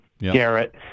Garrett